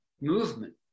movement